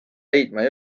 leidma